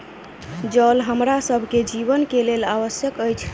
जल हमरा सभ के जीवन के लेल आवश्यक अछि